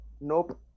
Nope